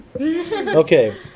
Okay